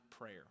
prayer